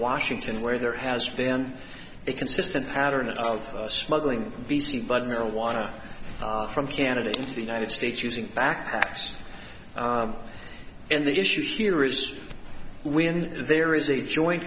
washington where there has been a consistent pattern of smuggling b c bud marijuana from canada into the united states using backpacks and the issue here is when there is a joint